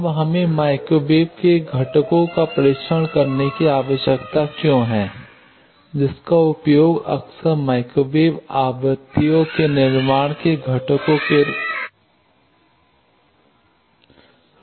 अब हमें माइक्रोवेव के घटकों पर परीक्षण करने की आवश्यकता क्यों है जिसका उपयोग अक्सर माइक्रोवेव आवृत्तियों के निर्माण के घटकों रूप में किया जाता है